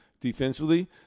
defensively